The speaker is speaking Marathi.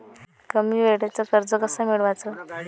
कमी वेळचं कर्ज कस मिळवाचं?